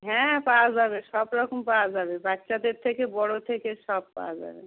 হ্যাঁ পাওয়া যাবে সব রকম পাওয়া যাবে বাচ্চাদের থেকে বড় থেকে সব পাওয়া যাবে